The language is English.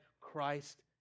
Christ